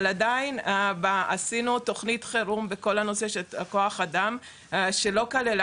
אבל עדיין עשינו תוכנית חירום בכל הנושא של כוח אדם שלא כללה